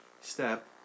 step